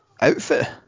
outfit